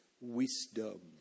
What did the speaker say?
wisdom